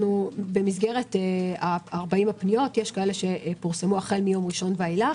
במסגרת 40 הפניות יש כאלה שפורסמו החל מיום ראשון ואילך,